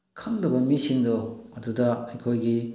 ꯈꯪꯗꯕ ꯃꯤꯁꯤꯡꯗꯣ ꯑꯗꯨꯗ ꯑꯩꯈꯣꯏꯒꯤ